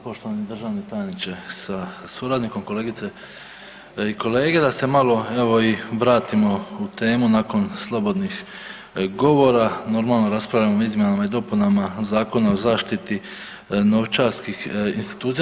Poštovani državni tajniče sa suradnikom, kolegice i kolege da se malo evo i vratimo u temu nakon slobodnih govora, normalno raspravljamo o izmjenama i dopunama Zakona o zaštiti novčarskih institucija.